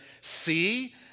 see